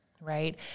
right